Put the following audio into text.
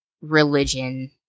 religion